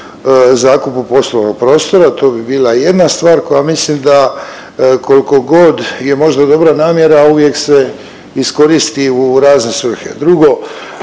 zakupu poslovnog prostora. To bi bila jedna stvar koja mislim da kolkogod je možda dobra namjera, a uvije se iskoristi u razne svrhe. Drugo,